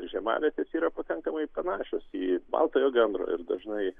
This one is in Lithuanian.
žiemavietės yra pakankamai panašios į baltojo gandro ir dažnai